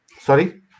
Sorry